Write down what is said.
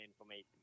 information